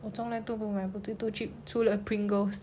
我从来都不买 potato chip 除了 pringles